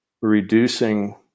reducing